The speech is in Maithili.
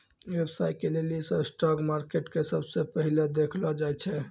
व्यवसाय के लेली स्टाक मार्केट के सबसे पहिलै देखलो जाय छै